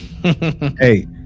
Hey